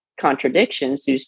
contradictions